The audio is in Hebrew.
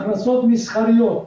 הכנסות מסחריות,